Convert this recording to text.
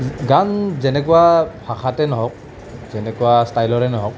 গান যেনেকুৱা ভাষাতে নহওক যেনেকুৱা ষ্টাইলৰে নহওক